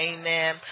Amen